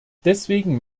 deswegen